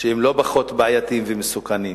שהם לא פחות בעייתיים ומסוכנים,